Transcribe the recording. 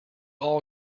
all